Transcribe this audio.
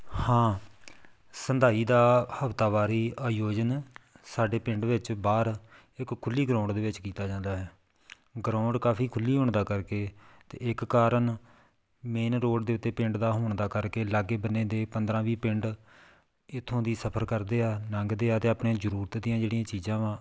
ਹਾਂ ਸੰਧਾਈ ਦਾ ਹਫਤਾਵਾਰੀ ਆਯੋਜਨ ਸਾਡੇ ਪਿੰਡ ਵਿੱਚ ਬਾਹਰ ਇੱਕ ਖੁੱਲ੍ਹੀ ਗਰਾਉਂਡ ਦੇ ਵਿੱਚ ਕੀਤਾ ਜਾਂਦਾ ਹੈ ਗਰਾਉਂਡ ਕਾਫੀ ਖੁੱਲ੍ਹੀ ਹੋਣ ਦਾ ਕਰਕੇ ਅਤੇ ਇੱਕ ਕਾਰਨ ਮੇਨ ਰੋਡ ਦੇ ਉੱਤੇ ਪਿੰਡ ਦਾ ਹੋਣ ਦਾ ਕਰਕੇ ਲਾਗੇ ਬੰਨੇ ਦੇ ਪੰਦਰ੍ਹਾਂ ਵੀਹ ਪਿੰਡ ਇੱਥੋਂ ਦੀ ਸਫਰ ਕਰਦੇ ਆ ਲੰਘਦੇ ਆ ਅਤੇ ਆਪਣੇ ਜ਼ਰੂਰਤ ਦੀਆਂ ਜਿਹੜੀਆਂ ਚੀਜ਼ਾਂ ਵਾ